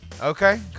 Okay